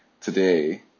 today